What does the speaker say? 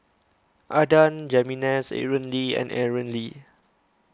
Adan Jimenez Aaron Lee and Aaron Lee